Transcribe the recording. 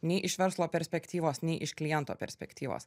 nei iš verslo perspektyvos nei iš kliento perspektyvos